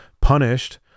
punished